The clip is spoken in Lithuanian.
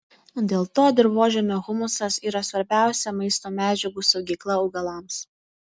dėl to dirvožemio humusas yra svarbiausia maisto medžiagų saugykla augalams